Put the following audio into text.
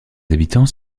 habitants